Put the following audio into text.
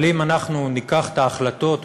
אבל אם אנחנו ניקח את ההחלטות,